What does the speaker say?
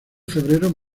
febrero